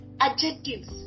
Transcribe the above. adjectives